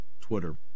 Twitter